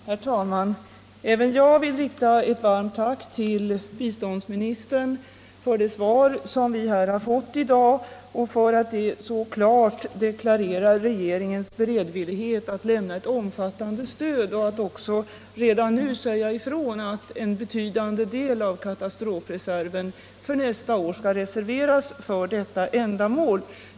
Herr talman! Även jag vill rikta ett varmt tack till biståndsministern för det svar som vi har fått här i dag för att det så klart deklarerar regeringens beredvillighet att lämna ett omfattande stöd och att också redan nu säga ifrån att en betydande del av katastrofreserven för nästa år skall reserveras för biståndsinsatser i Republiken Sydvietnam.